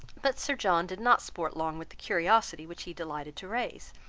but sir john did not sport long with the curiosity which he delighted to raise,